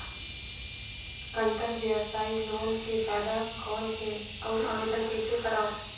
अंतरव्यवसायी लोन के फाइदा कौन हे? अउ आवेदन कइसे करव?